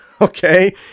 Okay